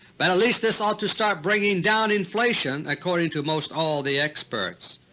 but at least this ought to start bringing down inflation, according to most all the experts.